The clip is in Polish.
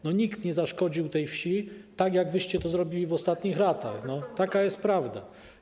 Nikt nie zaszkodził wsi tak, jak wyście to zrobili w ostatnich latach, taka jest prawda.